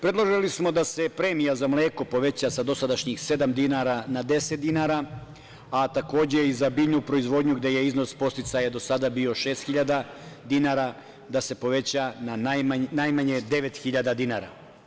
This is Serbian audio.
Predložili smo da se premija za mleko poveća sa dosadašnjih sedam dinara na deset dinara, a takođe i za biljnu proizvodnju gde je iznos podsticaja do sada bio 6.000 dinara da se poveća na najmanje 9.000 dinara.